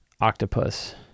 octopus